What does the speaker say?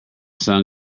sun